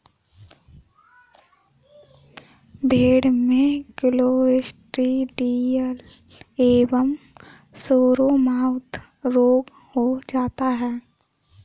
भेड़ में क्लॉस्ट्रिडियल एवं सोरमाउथ रोग हो जाता है